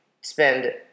spend